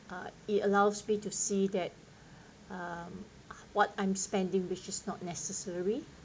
it allows me to see that um what I'm spending which is not necessary